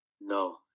no